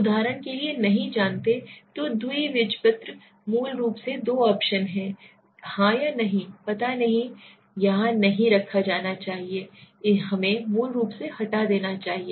उदाहरण के लिए नहीं जानते तो द्विबीजपत्र मूल रूप से दो option है हां या नहीं पता नहीं यहां नहीं रखा जाना चाहिए हमें मूल रूप से हटा देना चाहिए